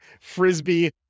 Frisbee